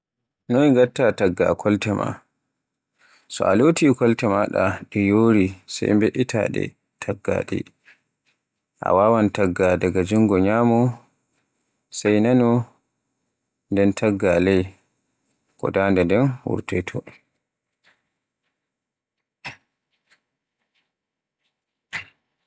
Noy ngatta tagga kolte ma. So loti kolte maaɗa, ɗe yori sey mbe'itta ɗe nden tagga ɗe. A waawai tagga daga jungi nyamo sey, naano, nden tagga ley ko dande nden wurtoy to.